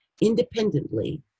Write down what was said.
independently